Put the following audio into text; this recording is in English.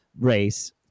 race